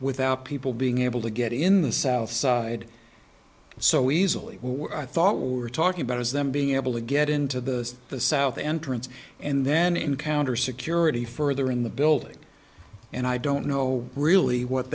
without people being able to get in the south side so easily i thought we were talking about as them being able to get into the the south entrance and then encounter security further in the building and i don't know really what